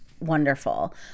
Wonderful